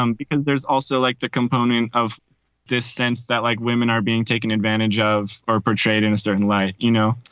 um because there's also like the component of this sense that like women are being taken advantage of are portrayed in a certain light, you know,